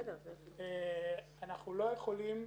אנחנו לא יכולים,